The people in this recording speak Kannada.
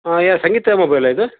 ಹಾಂ ಯಾರು ಸಂಗೀತಾ ಮೊಬೈಲಾ ಇದು